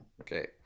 Okay